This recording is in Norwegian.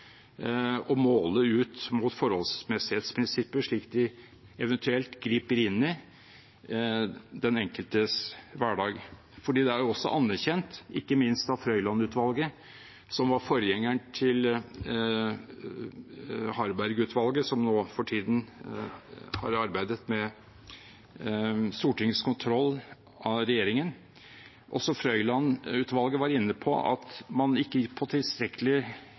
å måle ut mot forholdsmessighetsprinsipper, slik de eventuelt griper inn i den enkeltes hverdag. Det er jo anerkjent, ikke minst av Frøiland-utvalget, som var forgjengeren til Harberg-utvalget, som nå for tiden arbeider med Stortingets kontroll av regjeringen. Også Frøiland-utvalget var inne på at man ikke har tilstrekkelig